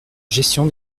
gestion